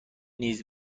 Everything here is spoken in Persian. نیز